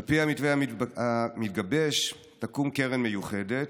על פי המתווה המתגבש תקום קרן מיוחדת.